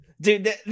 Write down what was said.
Dude